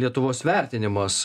lietuvos vertinimas